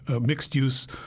mixed-use